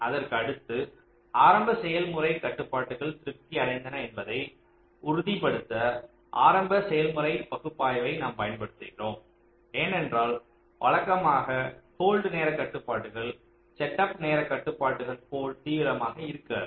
அதற்கு அடுத்து ஆரம்ப செயல்முறை கட்டுப்பாடுகள் திருப்தி அடைந்தன என்பதை உறுதிப்படுத்த ஆரம்ப செயல்முறை பகுப்பாய்வைப் நாம் பயன்படுத்கிறோம் ஏனென்றால் வழக்கமாக ஹோல்டு நேரக் கட்டுப்பாடுகள் செட்டப் நேரக் கட்டுப்பாடுகள் போல தீவிரமாக இருக்காது